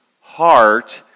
heart